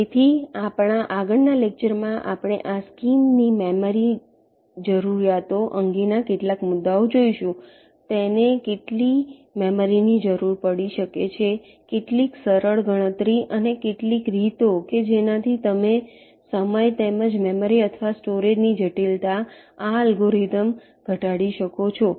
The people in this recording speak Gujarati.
તેથી આપણાં આગળ ના લેક્ચરમાં આપણે આ સ્કીમની મેમરી જરૂરિયાતો અંગેના કેટલાક મુદ્દાઓ જોઈશું તેને કેટલી મેમરીની જરૂર પડી શકે છે કેટલીક સરળ ગણતરી અને કેટલીક રીતો કે જેનાથી તમે સમય તેમજ મેમરી અથવા સ્ટોરેજની જટિલતા આ અલ્ગોરિધમ ઘટાડી શકો છો